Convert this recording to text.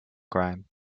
crime